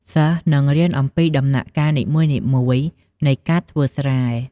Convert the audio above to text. សិស្សនឹងរៀនអំពីដំណាក់កាលនីមួយៗនៃការធ្វើស្រែ។